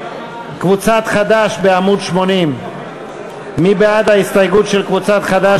קבוצת חד"ש בעמוד 80. מי בעד ההסתייגות של קבוצת חד"ש,